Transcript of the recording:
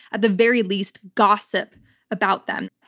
at the very least, gossip about them.